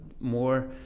more